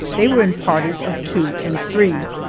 they were in parties of two and three,